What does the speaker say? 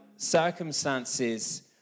circumstances